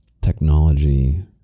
technology